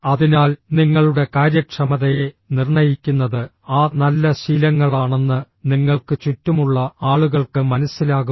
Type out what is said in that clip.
അതിനാൽ നിങ്ങളുടെ കാര്യക്ഷമതയെ നിർണ്ണയിക്കുന്നത് ആ നല്ല ശീലങ്ങളാണെന്ന് നിങ്ങൾക്ക് ചുറ്റുമുള്ള ആളുകൾക്ക് മനസ്സിലാകും